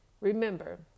Remember